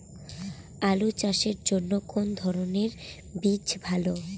আলু চাষের জন্য কোন ধরণের বীজ ভালো?